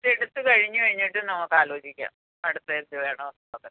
ഇത് എടുത്ത് കഴിഞ്ഞ് കഴിഞ്ഞിട്ട് നമുക്ക് ആലോചിക്കാം അടുത്തത് എന്ത് വേണമെന്നുള്ളത്